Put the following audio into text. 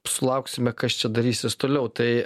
sulauksime kas čia darysis toliau tai